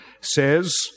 says